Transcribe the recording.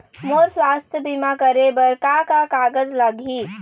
मोर स्वस्थ बीमा करे बर का का कागज लगही?